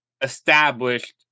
established